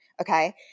okay